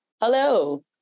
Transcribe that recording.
Hello